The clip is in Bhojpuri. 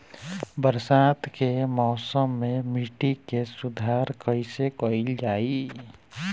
बरसात के मौसम में मिट्टी के सुधार कईसे कईल जाई?